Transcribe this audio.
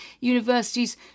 universities